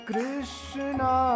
Krishna